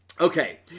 Okay